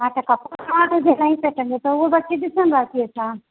हा त कपिड़ो ॾिसणो आहे त जे नएं फैशन जो त उहो बि अची ॾिसंदासीं साणु